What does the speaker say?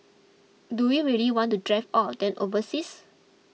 do we really want to drive all of them overseas